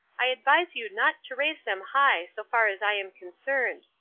i advise you not to raise them high so far as i am concerned,